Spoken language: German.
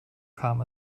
kam